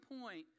point